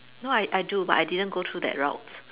no I I do but I didn't go through that route